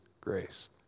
grace